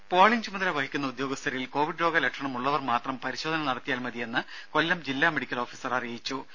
രും പോളിങ് ചുമതല വഹിക്കുന്ന ഉദ്യോഗസ്ഥരിൽ കോവിഡ് രോഗ ലക്ഷണം ഉള്ളവർ മാത്രം പരിശോധന നടത്തിയാൽ മതിയെന്ന് കൊല്ലം ജില്ലാ മെഡിക്കൽ ഓഫീസർ അറിയിച്ചു